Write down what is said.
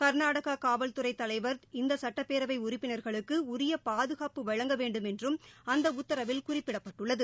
கர்நாடகாகாவல்துறைதலைவர் இந்தசட்டப்பேரவைஉறுப்பினர்களுக்குஉரியபாதுகாப்பு வழங்கவேண்டும் என்றும் அந்தஉத்தரவில் குறிப்பிடப்பட்டுள்ளது